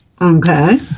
Okay